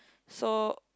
so